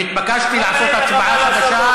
נתבקשתי לעשות הצבעה חדשה.